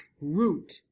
Root